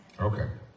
Okay